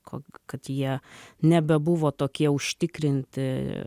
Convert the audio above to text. ko kad jie nebebuvo tokie užtikrinti